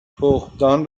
تخمدان